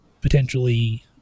potentially